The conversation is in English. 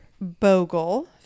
Bogle